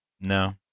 no